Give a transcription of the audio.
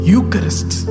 Eucharist